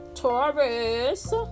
Taurus